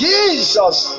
Jesus